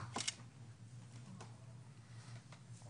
(באמצעות מצגת)